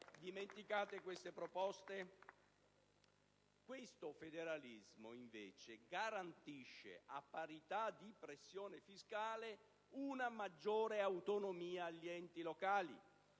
Dimenticate queste proposte? Questo federalismo garantisce invece, a parità di pressione fiscale, una maggiore autonomia agli enti locali.